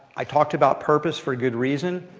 i talked about purpose for good reason.